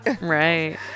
right